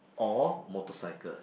or motorcycle